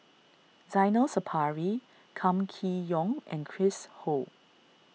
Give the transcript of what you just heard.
Zainal Sapari Kam Kee Yong and Chris Ho